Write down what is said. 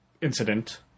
incident